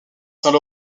saint